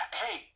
hey